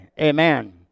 Amen